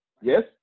Yes